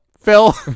Phil